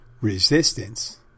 resistance